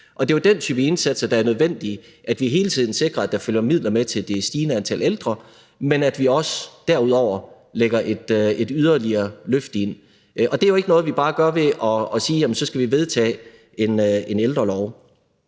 Og det er jo den type indsatser, der er nødvendige, nemlig at vi hele tiden sikrer, at der følger midler med til det stigende antal ældre, men at vi også derudover lægger et yderligere løft ind. Og det er jo ikke noget, vi bare gør ved at sige, at så skal vi vedtage en ældrelov.